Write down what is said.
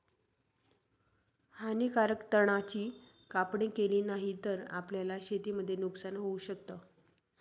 हानीकारक तणा ची कापणी केली नाही तर, आपल्याला शेतीमध्ये नुकसान होऊ शकत